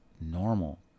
normal